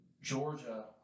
georgia